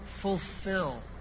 fulfill